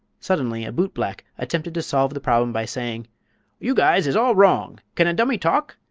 suddenly a bootblack attempted to solve the problem by saying you guys is all wrong! can a dummy talk?